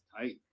tight